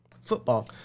Football